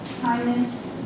kindness